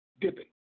Dipping